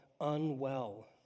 unwell